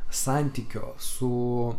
santykio su